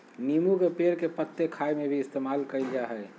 नींबू के पेड़ के पत्ते खाय में भी इस्तेमाल कईल जा हइ